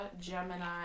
Gemini